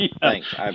Thanks